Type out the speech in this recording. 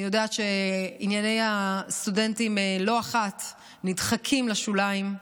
אני יודעת שענייני הסטודנטים לא אחת נדחקים לשוליים,